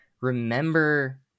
remember